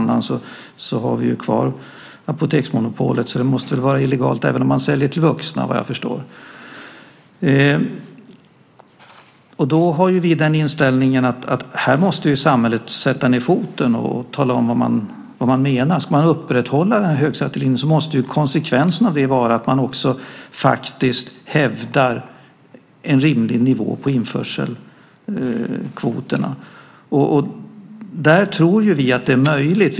Eftersom vi har kvar Systemmonopolet måste det väl, vad jag förstår, även vara illegalt att sälja till vuxna. Därför har vi inställningen att samhället måste sätta ned foten och tala om vad man menar. Om vi ska upprätthålla högskattelinjen måste konsekvensen av det bli att också hävda en rimlig nivå på införselkvoterna. Det tror vi är möjligt.